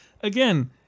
again